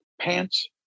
pants